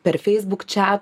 per facebook čiat